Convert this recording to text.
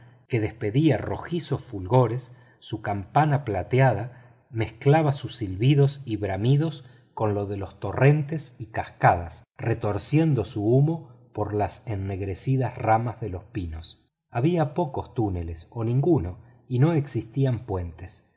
que despedía rojizos fulgores su campana plateada mezclaba sus silbidos y bramidos con los de los torrentes y cascadas retorciendo su humo por las ennegrecidas ramas de los pinos había pocos túneles o ninguno y no existían puentes